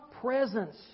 presence